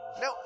No